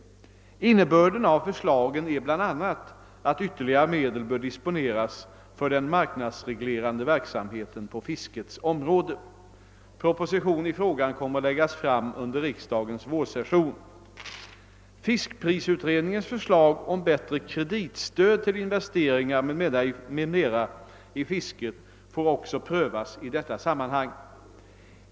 Innebörden av förslagen är bl.a. att ytterligare medel bör disponeras för den marknadsreglerande verksamheten på fiskets område. Proposition i frågan kommer att läggas fram under riksdagens vårsession. Fiskprisutredningens förslag om bättre kreditstöd till investeringar m.m. i fisket får också prövas i detta sammanhang.